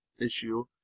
issue